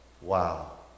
Wow